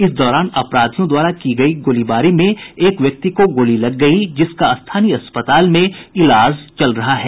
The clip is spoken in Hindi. इस दौरान अपराधियों द्वारा की गयी गोलीबारी में एक व्यक्ति को गोली लग गई जिसका स्थानीय अस्पताल में इलाज चल रहा है